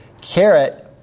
carrot